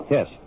Yes